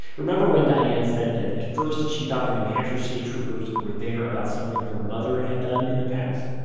remember when diane said that at first she thought the new hampshire state troopers were there about something her mother had done in the past?